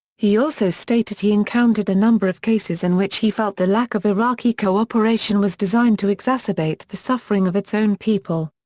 he also stated he encountered a number of cases in which he felt the lack of iraqi cooperation was designed to exacerbate the suffering of its own people.